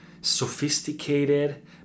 sophisticated